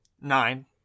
nine